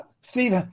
Steve